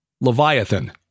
Leviathan